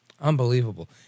unbelievable